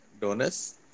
donors